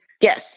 Yes